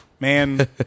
Man